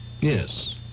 Yes